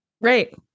right